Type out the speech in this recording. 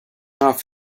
off